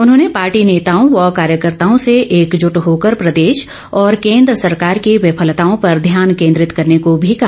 उन्होंने पार्टी नेताओं व कार्यकर्ताओं से एकजुट होकर प्रदेश और केंद्र सरकार की विफलताओं पर ध्यान केंद्रित करने को भी कहा